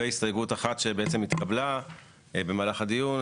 והסתייגות אחת שבעצם התקבלה במהלך הדיון.